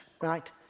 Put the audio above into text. right